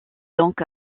donc